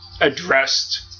addressed